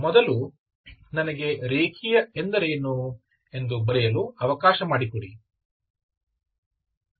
ಮೊದಲು ನನಗೆ ರೇಖೀಯ ಎಂದರೇನು ಎಂದು ಬರೆಯಲು ಅವಕಾಶ ಮಾಡಿಕೊಡಿ